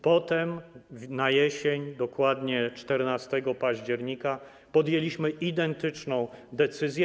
Potem na jesień, dokładnie 14 października podjęliśmy identyczną decyzję.